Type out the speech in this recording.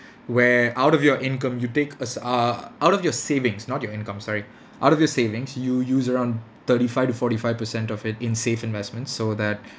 where out of your income you take a s~ uh out of your savings not your income sorry out of your savings you use around thirty five to forty five percent of it in safe investments so that